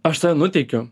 aš save nuteikiu